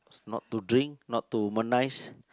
not to drink not to womanize